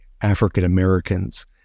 African-Americans